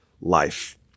life